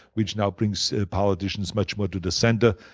which now brings the politicians much more to the center.